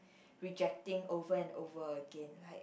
rejecting over and over again like